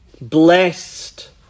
Blessed